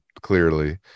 Clearly